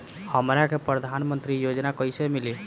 हमरा के प्रधानमंत्री योजना कईसे मिली?